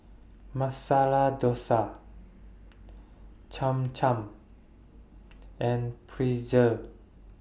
Masala Dosa Cham Cham and Pretzel